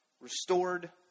restored